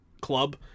club